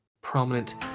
prominent